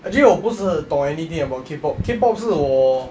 actually 我不是懂 anything about K-pop K-pop 是我